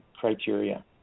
criteria